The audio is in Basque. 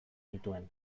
nituen